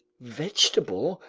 vegetable,